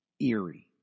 eerie